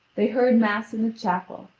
they heard mass in a chapel,